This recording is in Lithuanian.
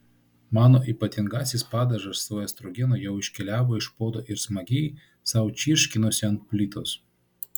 mano ypatingasis padažas su estrogenu jau iškeliavo iš puodo ir smagiai sau čirškinosi ant plytos